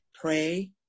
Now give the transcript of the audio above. pray